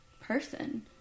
person